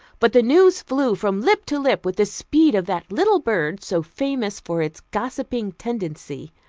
but the news flew from lip to lip with the speed of that little bird so famous for its gossiping tendency.